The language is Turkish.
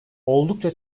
oldukça